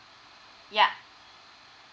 yeah